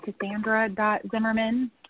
Cassandra.Zimmerman